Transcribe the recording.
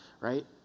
right